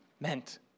meant